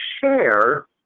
share